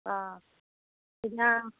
অঁ